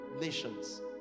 nations